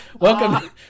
Welcome